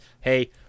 hey